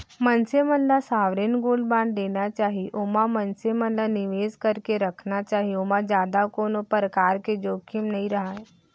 मनसे मन ल सॉवरेन गोल्ड बांड लेना चाही ओमा मनसे मन ल निवेस करके रखना चाही ओमा जादा कोनो परकार के जोखिम नइ रहय